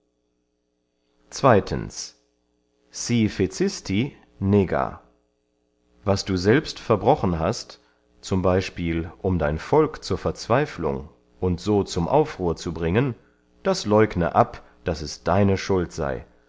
nega was du selbst verbrochen hast z b um dein volk zur verzweiflung und so zum aufruhr zu bringen das läugne ab daß es deine schuld sey